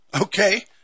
okay